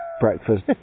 breakfast